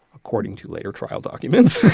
according to later trial documents,